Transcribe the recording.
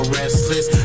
restless